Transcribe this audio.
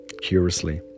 curiously